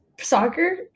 soccer